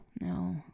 No